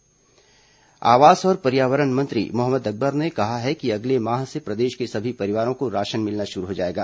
मोअकबर ration card आवास और पर्यावरण मंत्री मोहम्मद अकबर ने कहा है कि अगले माह से प्रदेश के सभी परिवारों को राशन मिलना शुरू हो जाएगा